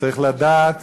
צריך לדעת